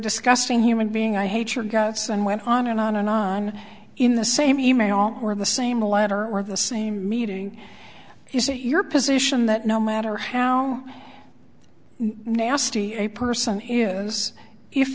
disgusting human being i hate your guts and went on and on and on in the same email or of the same letter or the same meeting you say your position that no matter how nasty a person is if